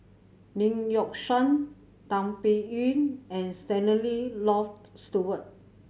Lee Yock Suan Tan Biyun and Stanley Loft Stewart